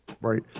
Right